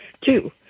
two